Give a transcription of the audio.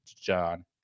John